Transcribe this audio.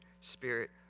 Spirit